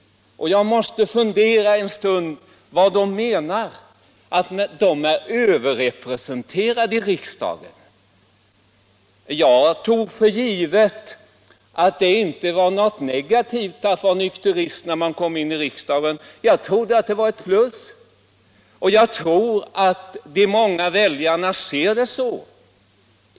Jag måste fundera en stund över vad man menar med att nykteristerna är överrepresenterade i riksdagen. Jag tog för givet att det inte var något negativt att vara nykterist när man kommer in i riksdagen, jag trodde att det var ett plus, och jag tror att de många väljarna också ser det så.